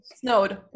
snowed